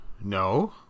No